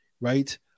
right